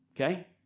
Okay